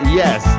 yes